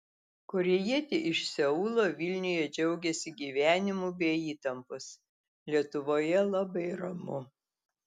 korėjietė iš seulo vilniuje džiaugiasi gyvenimu be įtampos lietuvoje labai ramu